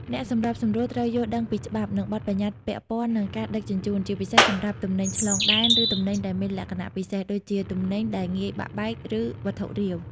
អ្នកសម្របសម្រួលត្រូវយល់ដឹងពីច្បាប់ និងបទប្បញ្ញត្តិពាក់ព័ន្ធនឹងការដឹកជញ្ជូន ជាពិសេសសម្រាប់ទំនិញឆ្លងដែន ឬទំនិញដែលមានលក្ខណៈពិសេស ដូចជាទំនិញដែលងាយបាក់បែក ឬវត្ថុរាវ។